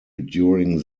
during